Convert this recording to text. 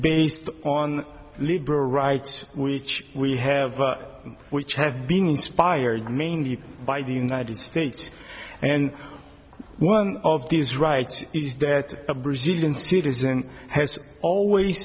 based on liberal rights which we have which have been inspired mainly by the united states and one of these rights is that a brazilian citizen has always